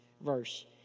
verse